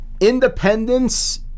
independence